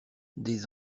des